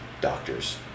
doctors